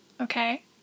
Okay